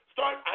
Start